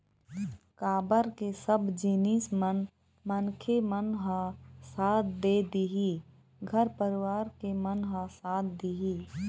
काबर के सब जिनिस म मनखे मन ह साथ दे दिही घर परिवार के मन ह साथ दिही